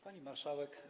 Pani Marszałek!